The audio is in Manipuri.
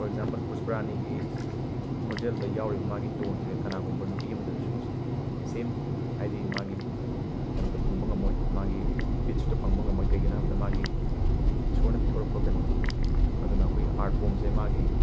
ꯐꯣꯔ ꯑꯦꯛꯖꯥꯝꯄꯜ ꯄꯨꯁꯄꯔꯥꯅꯤꯒꯤ ꯈꯣꯟꯖꯦꯜꯗ ꯌꯥꯎꯔꯤꯕ ꯃꯥꯒꯤ ꯇꯣꯟꯁꯦ ꯀꯅꯥꯒꯨꯝꯕ ꯅꯨꯄꯤ ꯑꯃꯗꯁꯨ ꯁ ꯁꯦꯝ ꯍꯥꯏꯗꯤ ꯃꯥꯒꯤ ꯀꯩꯅꯣꯗꯣ ꯐꯪꯕ ꯉꯝꯃꯣꯏ ꯃꯥꯒꯤ ꯄꯤꯠꯁꯇꯣ ꯐꯪꯕ ꯉꯝꯃꯣꯏ ꯀꯩꯒꯤꯅꯣ ꯍꯥꯏꯕꯗ ꯃꯥꯒꯤ ꯁꯤꯗꯤ ꯏꯁꯣꯔꯅ ꯄꯤꯊꯣꯔꯛꯄ ꯀꯦꯅꯣꯅꯤ ꯑꯗꯨꯅ ꯑꯩꯈꯣꯏꯒꯤ ꯑꯥꯔꯠ ꯐꯣꯔꯝꯁꯦ ꯃꯥꯒꯤ